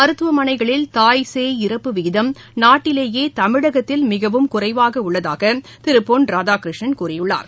மருத்துவமனைகளில் தாய்சேய் இறப்பு விகிதம் நாட்டிலேயே தமிழகத்தில் மிகவும் குறைவாக உள்ளதாக திரு பொன் ராதாகிருஷ்ணன் கூறினார்